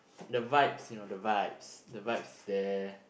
the vibes you know the vibes the vibes there